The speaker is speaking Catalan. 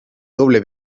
doble